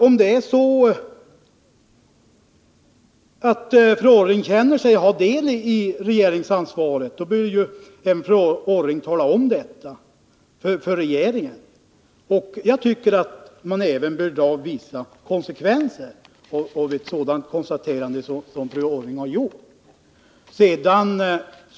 Om fru Orring känner sig ha del i regeringsansvaret, bör ju fru Orring tala om de här sakerna för regeringen. Jag tycker också att det bör dras vissa konsekvenser av ett sådant konstaterande som det fru Orring gjorde.